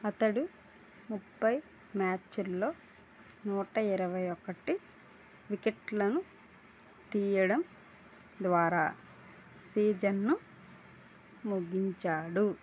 అతడు ముప్పై మ్యాచుల్లో నూట ఇరవై ఒకటి వికెట్లను తీయడం ద్వారా సీజన్ను ముగించాడు